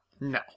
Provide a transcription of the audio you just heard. no